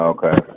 Okay